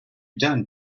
done